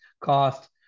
cost